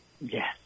Yes